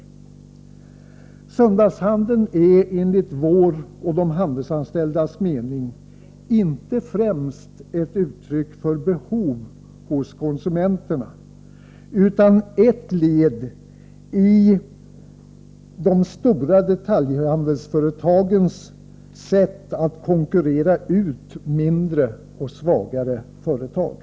Söndagshandeln är enligt vår och de handelsanställdas mening inte främst ett uttryck för något behov hos konsumenterna, utan ett led i de stora detaljhandelsföretagens strävan att konkurrera ut mindre och svagare företag.